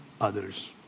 others